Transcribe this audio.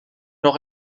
noch